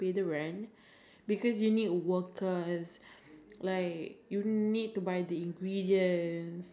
I don't know I I for me a restaurant I feel like nothing to starting you need to have the basic like